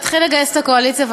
תתחיל לגייס את הקואליציה,